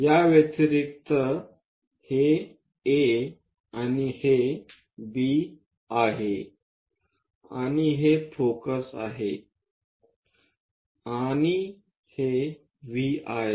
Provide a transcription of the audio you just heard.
या व्यतिरिक्त हे A आणि हे B आहे आणि हे फोकस आहे आणि हे V आहे